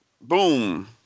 boom